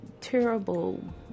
terrible